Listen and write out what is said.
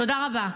תודה רבה.